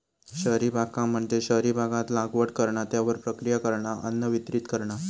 शहरी बागकाम म्हणजे शहरी भागात लागवड करणा, त्यावर प्रक्रिया करणा, अन्न वितरीत करणा